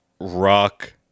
rock